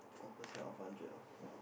four percent of hundred ah !wah!